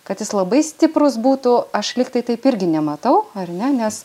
kad jis labai stiprus būtų aš lyg tai taip irgi nematau ar ne nes